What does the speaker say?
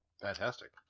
Fantastic